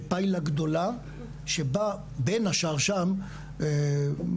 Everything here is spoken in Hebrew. כפיילה גדולה שבה בין השאר שם במקביל,